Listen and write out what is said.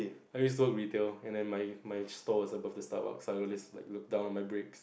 I used to work retail and then my my store is above the Starbucks so I will just look down on my breaks